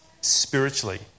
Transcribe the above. spiritually